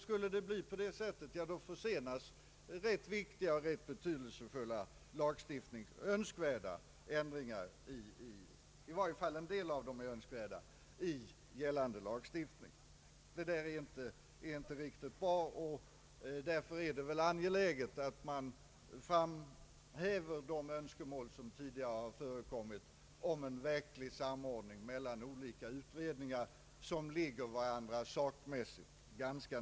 Skulle det bli på det sättet, försenas rätt viktiga, betydelsefulla och önskvärda — en del av dem i varje fall är önskvärda — ändringar i gällande lagstiftning. Detta är inte riktigt bra, och därför är det angeläget att man framhäver de önskemål som tidigare har förekommit om en verklig samordning mellan olika utredningar som ligger varandra sakmässigt nära.